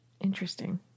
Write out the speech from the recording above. interesting